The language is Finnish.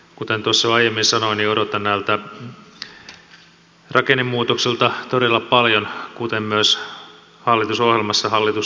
kuten tuossa jo aiemmin sanoin niin odotan näiltä rakennemuutoksilta todella paljon kuten myös hallitusohjelmassa hallitus itse